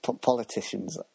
politicians